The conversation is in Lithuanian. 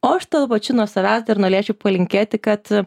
o aš tuo pačiu nuo savęs dar norėčiau palinkėti kad